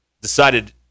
decided